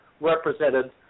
represented